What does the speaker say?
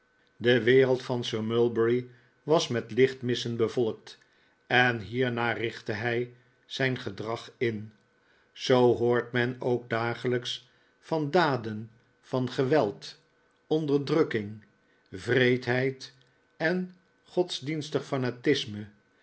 de wereld van sir mulberry was met lichtmissen bevolkt en hiernaar richtte hij zijn gedrag in zoo hoort men ook dagelijks van daden van geweld onderdrukking wreedheid en godsdienstig fanatisme